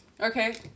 Okay